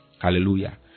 Hallelujah